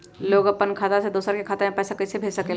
लोग अपन खाता से दोसर के खाता में पैसा कइसे भेज सकेला?